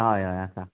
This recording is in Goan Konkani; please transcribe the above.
हय हय आसा